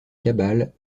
cabale